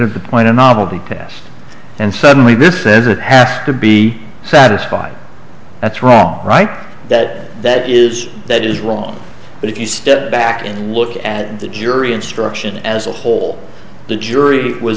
of the point of novelty pass and suddenly this says it has to be satisfied that's wrong right that that is that is wrong but if you step back and look at the jury instruction as a whole the jury was